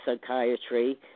psychiatry